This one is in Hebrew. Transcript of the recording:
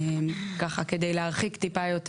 ככה כדי להרחיק טיפה יותר